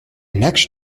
next